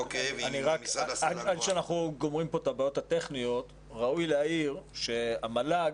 עד שנגמור את הבעיות הטכניות ראוי להעיר שהמל"ג,